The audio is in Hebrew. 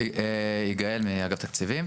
יגאל מאגף תקציבים.